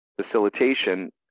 facilitation